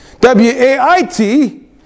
W-A-I-T